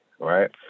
right